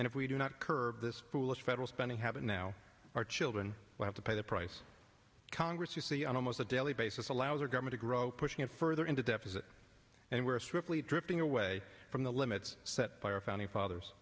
and if we do not curb this foolish federal spending having now our children will have to pay the price congress you see on almost a daily basis allows our government to grow pushing it further into deficit and we're strictly drifting away from the limits set by our founding fathers